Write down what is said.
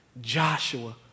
Joshua